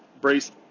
brace